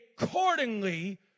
accordingly